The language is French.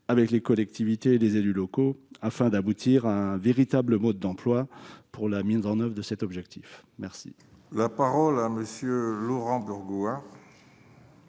avec les collectivités et les élus locaux, afin d'aboutir à un véritable mode d'emploi pour la mise en oeuvre de cet objectif. La parole est à M. Laurent Burgoa,